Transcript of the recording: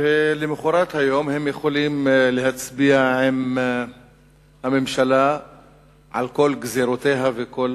ולמחרת היום הם יכולים להצביע עם הממשלה על כל גזירותיה וכל